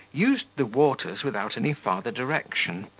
used the waters without any farther direction,